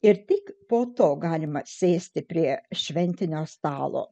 ir tik po to galima sėsti prie šventinio stalo